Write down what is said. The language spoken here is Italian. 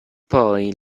poi